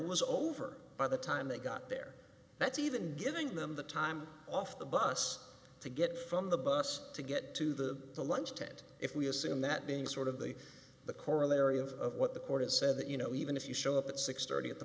was over by the time they got there that's even giving them the time off the bus to get from the bus to get to the the lunch tent if we assume that being sort of the the corollary of what the court has said that you know even if you show up at six thirty at the